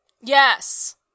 Yes